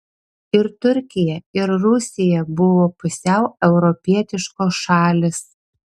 ir turkija ir rusija buvo pusiau europietiškos šalys